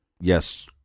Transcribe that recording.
yes